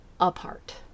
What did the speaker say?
apart